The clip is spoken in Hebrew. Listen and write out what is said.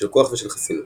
של כוח ושל חסינות.